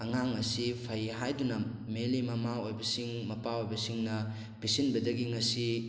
ꯑꯉꯥꯡ ꯑꯁꯤ ꯐꯩ ꯍꯥꯏꯗꯨꯅ ꯃꯦꯟꯂꯤ ꯃꯃꯥ ꯑꯣꯏꯕꯁꯤꯡ ꯃꯄꯥ ꯑꯣꯏꯕꯁꯤꯡꯅ ꯄꯤꯁꯤꯟꯕꯗꯒꯤ ꯃꯁꯤ